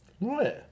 Right